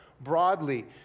Broadly